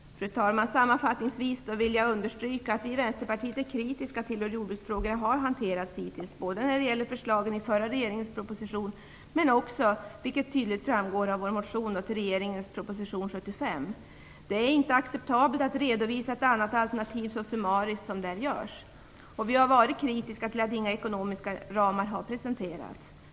Fru talman! Sammanfattningsvis vill jag understryka att vi i Vänsterpartiet är kritiska till hur jordbruksfrågorna har hanterats hittills. Det gäller både förslagen i den förra regeringens proposition och, vilket tydligt framgår av vår motion, den socialdemokratiska regeringens proposition 75. Det är inte acceptabelt att redovisa ett annat alternativ så summariskt, och vi är kritiska till att inga ekonomiska ramar har presenterats.